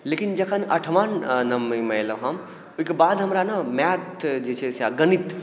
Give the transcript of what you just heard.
लेकिन जखन अठमा नमामे एलहुँ हम ओहिके बाद हमरा ने मैथ जे छै से आ गणित